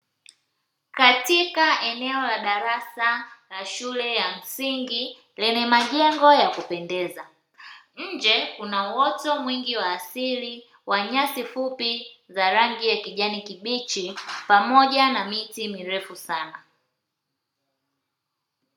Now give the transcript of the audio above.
Katika eneo la darasa la shule ya msingi lenye majengo ya kupendeza, nje kuna uoto mwingi wa kiasili wa nyasi fupi za rangi ya kijani kibichi pamoja na miti mirefu sana.